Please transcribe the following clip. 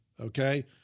okay